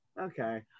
okay